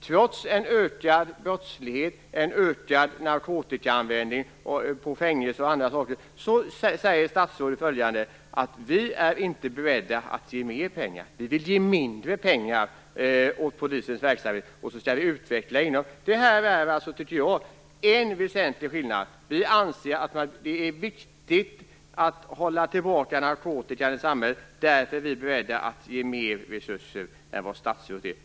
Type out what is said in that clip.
Trots en ökad brottslighet, en ökad narkotikaanvändning på fängelser och andra ställen säger statsrådet: Vi är inte beredda att ge mer pengar, vi vill ge mindre pengar till polisens verksamhet och utveckla inom den. Det här tycker jag är en väsentlig skillnad. Vi anser att det är viktigt att hålla tillbaka narkotikan i samhället, därför är vi beredda att ge mer resurser än vad statsrådet är.